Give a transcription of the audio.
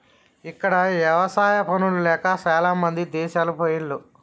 ఇక్కడ ఎవసాయా పనులు లేక చాలామంది దేశాలు పొయిన్లు